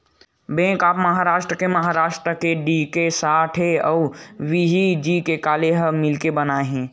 bank of Maharashtra ल महारास्ट के D K Sathe अउ व्ही.जी काले ह मिलके बनाए हे